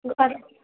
good morning